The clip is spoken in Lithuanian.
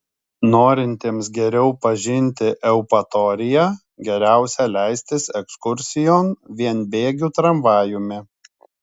norintiems geriau pažinti eupatoriją geriausia leistis ekskursijon vienbėgiu tramvajumi